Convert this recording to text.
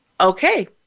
okay